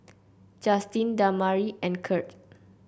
Justyn Damari and Kirt